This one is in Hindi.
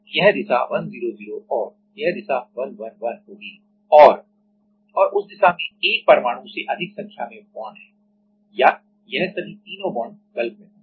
तो यह दिशा 100 और यह दिशा 111 होगी और उस दिशा में 1 परमाणु से अधिक संख्या में बॉन्ड हैं या यह सभी तीनों बॉन्ड बल्क bulk में होंगे